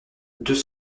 deux